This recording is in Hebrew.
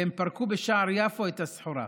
והם פרקו בשער יפו את הסחורה.